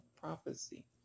prophecy